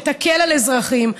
שתקל על אזרחים,